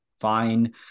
fine